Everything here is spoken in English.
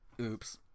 Oops